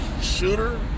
shooter